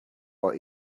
our